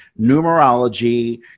numerology